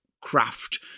craft